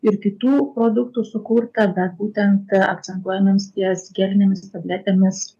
ir kitų produktų sukurta dar būtent akcentuojamės ties gelinėmis tabletėmis